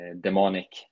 demonic